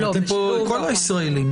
מבטלים פה לכל הישראלים.